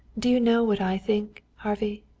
do you know what i think, harvey?